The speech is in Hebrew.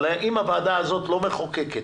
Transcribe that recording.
אבל אם הוועדה הזאת לא מחוקקת,